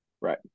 Right